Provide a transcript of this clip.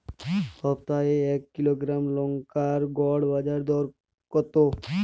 সপ্তাহে এক কিলোগ্রাম লঙ্কার গড় বাজার দর কতো?